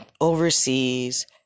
overseas